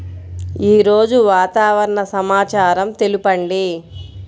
ఈరోజు వాతావరణ సమాచారం తెలుపండి